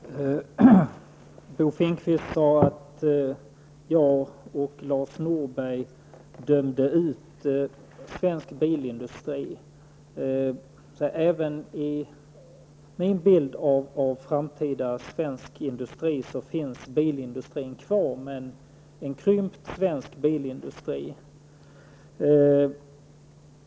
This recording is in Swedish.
Herr talman! Bo Finnkvist sade att jag och Lars Norberg dömde ut svensk bilindustri. Även i min bild av framtida svensk industri finns bilindustrin kvar, men den är krympt.